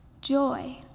joy